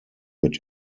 mit